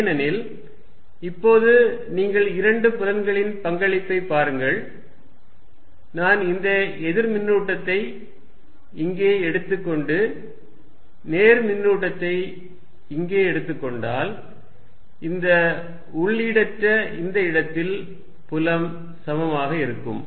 Er130r23030r1r2a30 ஏனெனில் இப்போது நீங்கள் இரண்டு புலங்களின் பங்களிப்பைப் பாருங்கள் நான் இந்த எதிர்மின்னூட்டத்தை இங்கே எடுத்துக் கொண்டு நேர் மின்னூட்டத்தை இங்கே எடுத்துக் கொண்டால் இந்த உள்ளீடற்ற இந்த இடத்தில் புலம் சமமாக இருக்கும்